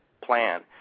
plan